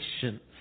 Patience